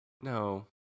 No